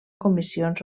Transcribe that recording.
comissions